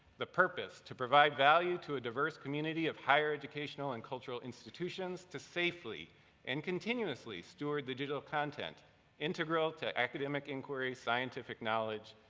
the purpose to provide value to a diverse community of higher educational and cultural institutions to safely and continuously steward the digital content integral to academic inquiry, scientific knowledge,